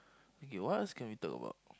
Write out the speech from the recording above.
okay what else can we talk about